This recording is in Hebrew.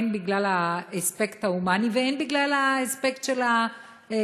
הן בגלל האספקט ההומני והן בגלל האספקט של הכשרות.